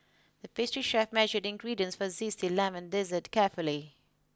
the pastry chef measured the ingredients for a zesty lemon dessert carefully